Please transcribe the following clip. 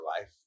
life